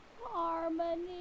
Harmony